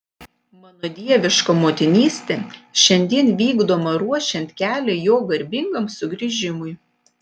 mano dieviška motinystė šiandien vykdoma ruošiant kelią jo garbingam sugrįžimui